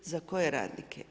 Za koje radnike?